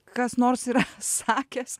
kas nors yra sakęs